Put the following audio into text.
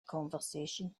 conversation